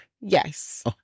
Yes